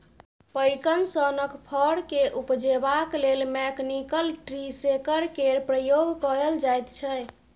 पैकन सनक फर केँ उपजेबाक लेल मैकनिकल ट्री शेकर केर प्रयोग कएल जाइत छै